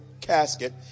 casket